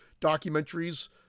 documentaries